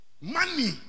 Money